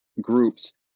groups